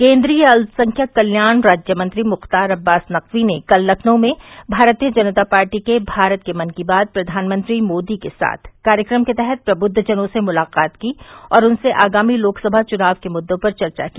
केन्द्रीय अल्पसंख्यक कल्याण राज्यमंत्री मुख्तार अब्बास नकवी ने कल लखनऊ में भारतीय जनता पार्टी के भारत के मन की बात प्रधानमंत्री मोदी के साथ कार्यक्रम के तहत प्रबृद्धजनों से मुलाकात की और उनसे आगामी लोकसभा चुनाव के मुददों पर चर्चा की